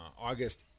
August